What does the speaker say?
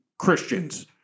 Christians